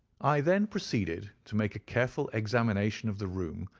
i then proceeded to make a careful examination of the room,